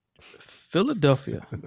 Philadelphia